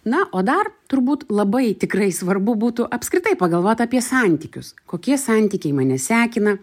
na o dar turbūt labai tikrai svarbu būtų apskritai pagalvot apie santykius kokie santykiai mane sekina